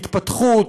התפתחות,